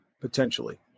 potentially